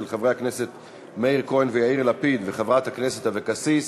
של חברי הכנסת מאיר כהן ויאיר לפיד ושל חברת הכנסת אבקסיס,